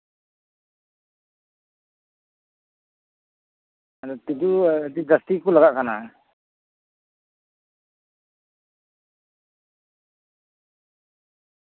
ᱟᱫᱚ ᱛᱤᱡᱩ ᱟᱹᱰᱤ ᱡᱟᱥᱛᱤ ᱜᱮᱠᱚ ᱞᱟᱜᱟᱜ ᱠᱟᱱᱟ